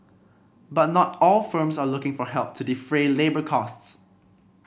but not all firms are looking for help to defray labour costs